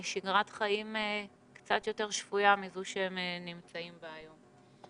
שגרת חיים קצת יותר שפויה מזו שהם נמצאים בה היום.